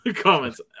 comments